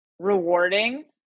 rewarding